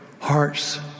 hearts